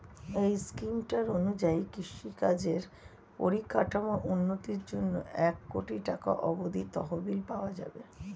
এই স্কিমটার অনুযায়ী কৃষিকাজের পরিকাঠামোর উন্নতির জন্যে এক কোটি টাকা অব্দি তহবিল পাওয়া যাবে